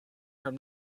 from